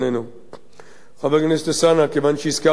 חבר הכנסת אלסאנע, כיוון שהזכרת את דוח טליה ששון,